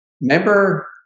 remember